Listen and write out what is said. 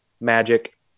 Magic